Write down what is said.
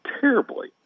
terribly